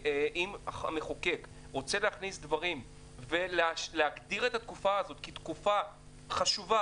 אם המחוקק רוצה להכניס דברים ולהגדיר את התקופה הזאת כתקופה חשובה,